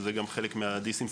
שזה גם חלק מהדיסאינפורמציה.